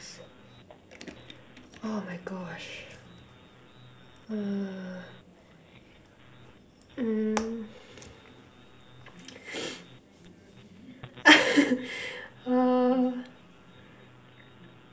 oh my gosh uh mm err